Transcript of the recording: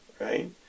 right